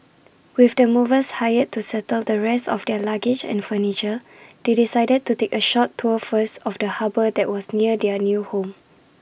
with the movers hired to settle the rest of their luggage and furniture they decided to take A short tour first of the harbour that was near their new home